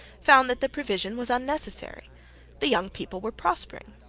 found that the provision was unnecessary the young people were prospering.